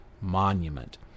monument